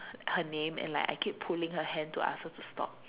her her name and like I keep pulling her hand to ask her to stop